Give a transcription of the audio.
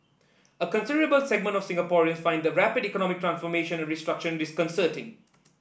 a considerable segment of Singaporeans find the rapid economic transformation and restructuring disconcerting